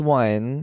one